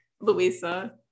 louisa